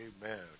Amen